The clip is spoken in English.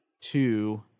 two